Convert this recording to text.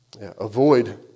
Avoid